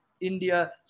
India